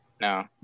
No